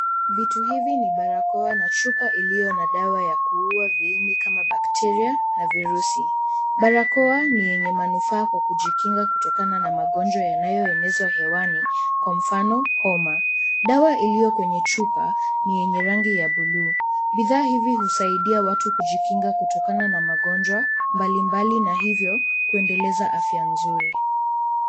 Vitu hivi ni barakoa na chupa iliyo na dawa ya kuua viini kama bakteria na virusi. Barakoa ni yenye manufaa kwa kujikinga kutokana na magonjwa yanayoenezwa hewani, kwa mfano homa. Dawa iliyo kwenye chupa ni yenye rangi ya buluu. Bidhaa hivi husaidia watu kujikinga kutokana na magonjwa mbalimbali na hivyo kuendeleza afya nzuri.